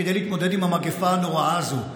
כדי להתמודד עם המגפה הנוראה הזאת.